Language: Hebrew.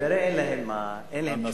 כנראה אין להם, בסדר,